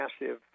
massive